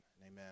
Amen